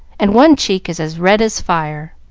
and one cheek is as red as fire.